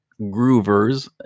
groovers